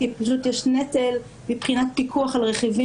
כי פשוט יש נטל מבחינת פיקוח על רכיבים